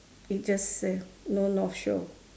it just say no north shore